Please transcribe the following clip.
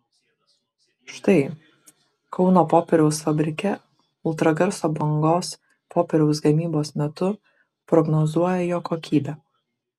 štai kauno popieriaus fabrike ultragarso bangos popieriaus gamybos metu prognozuoja jo kokybę